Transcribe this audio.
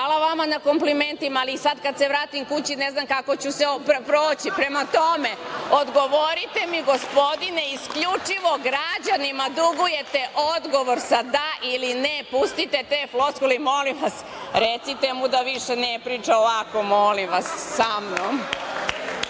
vama na komplimentima, ali sada kada se vratim kući ne znam kako ću proći. Prema tome, odgovorite mi, gospodine, isključivo građanima dugujete odgovor sa – da ili ne. Pustite te floskule i molim vas recite mu da više ne priča ovako, molim vas, sa mnom. Ipak